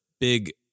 Big